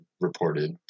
reported